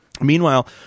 meanwhile